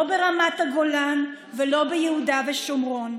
לא מרמת הגולן ולא מיהודה ושומרון.